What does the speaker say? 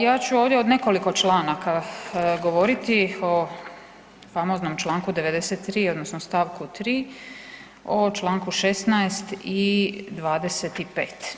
Ja ću ovdje o nekoliko članaka govoriti o famoznom članku 93. odnosno stavku 3., o članku 16. i 25.